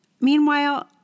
Meanwhile